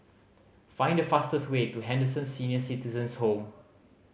find the fastest way to Henderson Senior Citizens' Home